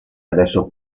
adesso